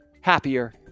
happier